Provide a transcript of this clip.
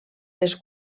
les